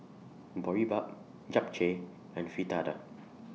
Boribap Japchae and Fritada